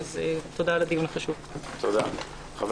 תודה על הדיון החשוב.